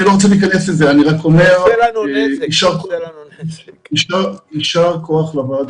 אני לא רוצה להיכנס לזה אבל אני רק אומר יישר כוח לוועדה